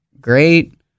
great